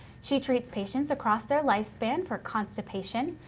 she treats patients across their lifespan for constipation,